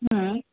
हम्म